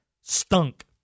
stunk